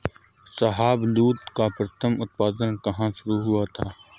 शाहबलूत का प्रथम उत्पादन कहां शुरू हुआ था?